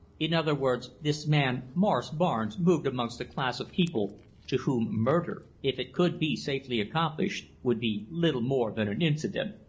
in other words, this man morris barnes moved amongst a class of people to whom murder, if it could be safely accomplished, would be little more than an incident.